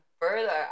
further